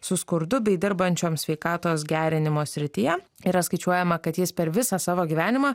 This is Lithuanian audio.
su skurdu bei dirbančioms sveikatos gerinimo srityje yra skaičiuojama kad jis per visą savo gyvenimą